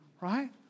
Right